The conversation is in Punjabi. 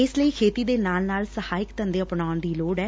ਇਸ ਲਈ ਖੇਤੀ ਦੇ ਨਾਲ ਨਾਲ ਸਹਾਇਕ ਧੰਦੇ ਅਪਣਾਉਣ ਦੀ ਲੋੜ ਐ